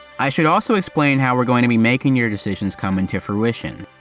i should also explain how we're going to be making your decisions come into fruition.